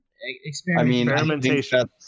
experimentation